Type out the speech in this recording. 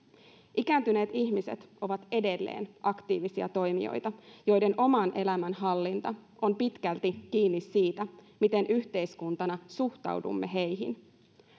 ikääntyneet ihmiset ovat edelleen aktiivisia toimijoita joiden oman elämän hallinta on pitkälti kiinni siitä miten yhteiskuntana suhtaudumme heihin